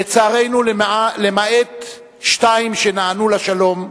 לצערנו, למעט שתיים שנענו לשלום,